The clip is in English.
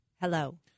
Hello